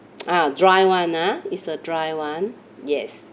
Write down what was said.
ah dry [one] ah is a dry [one] yes